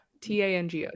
tango